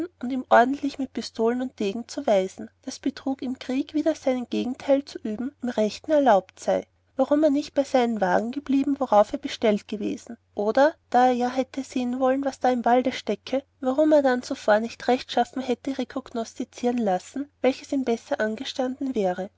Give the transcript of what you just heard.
und ihm offentlich mit pistolen und degen zu weisen daß betrug im krieg wider seinen gegenteil zu üben im rechten erlaubt sei warum er nicht bei seinen wägen geblieben darauf er bestellt gewesen oder da er ja hätte sehen wollen was im walde stecke warum er dann zuvor nicht rechtschaffen hätte rekognoszieren lassen welches ihm besser angestanden wäre